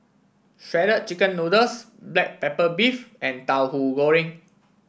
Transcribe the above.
Shredded Chicken Noodles Black Pepper Beef and Tauhu Goreng